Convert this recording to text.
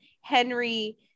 Henry